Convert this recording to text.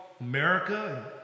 America